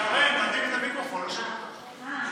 אנחנו עוברים להצבעה על הסתייגות מס' 165,